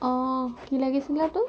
অঁ কি লাগিছিলে তোক